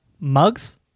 mugs